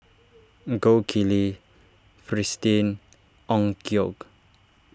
Gold Kili Fristine Onkyo